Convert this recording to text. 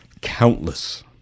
Countless